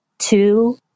Two